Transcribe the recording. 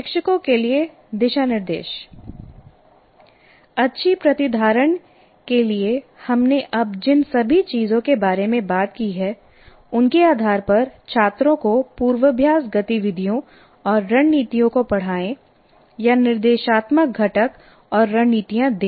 शिक्षकों के लिए दिशानिर्देश अच्छी प्रतिधारण के लिए हमने अब जिन सभी चीजों के बारे में बात की है उनके आधार पर छात्रों को पूर्वाभ्यास गतिविधियों और रणनीतियों को पढ़ाएं या निर्देशात्मक घटक और रणनीतियां दें